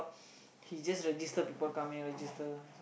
he just register people come here register